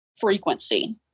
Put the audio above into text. frequency